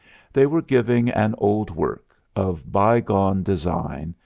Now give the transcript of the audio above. they were giving an old work, of bygone design,